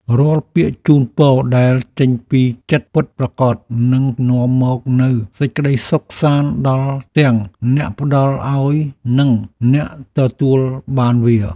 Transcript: រាល់ពាក្យជូនពរដែលចេញពីចិត្តពិតប្រាកដនឹងនាំមកនូវសេចក្តីសុខសាន្តដល់ទាំងអ្នកផ្ដល់ឱ្យនិងអ្នកទទួលបានវា។